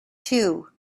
too